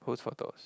who's photos